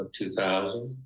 2000